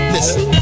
Listen